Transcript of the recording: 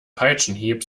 peitschenhieb